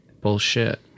Bullshit